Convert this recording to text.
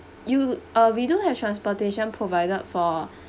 you uh we do have transportation provided for